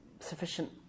sufficient